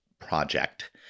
Project